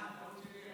סליחה, טעות שלי.